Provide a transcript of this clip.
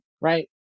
right